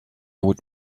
would